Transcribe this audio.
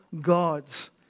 gods